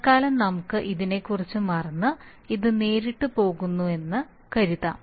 തൽക്കാലം നമുക്ക് ഇതിനെക്കുറിച്ച് മറന്ന് ഇത് നേരിട്ട് പോകുന്നുവെന്ന് കരുതാം